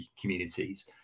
communities